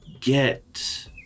get